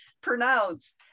pronounce